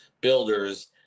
Builders